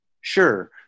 Sure